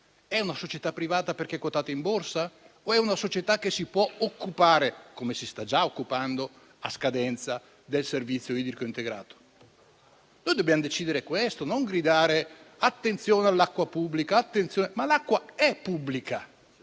È una società privata, perché è quotata in borsa, o è una società che si può occupare, come sta già facendo, a scadenza, del servizio idrico integrato? Noi dobbiamo decidere questo, non gridare «attenzione all'acqua pubblica». L'acqua è e